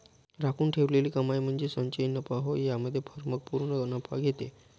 राखून ठेवलेली कमाई म्हणजे संचयी नफा होय यामध्ये फर्म पूर्ण नफा घेते